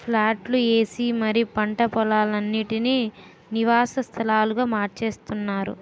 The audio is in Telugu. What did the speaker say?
ప్లాట్లు ఏసి మరీ పంట పోలాలన్నిటీనీ నివాస స్థలాలుగా మార్చేత్తున్నారు